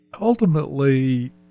ultimately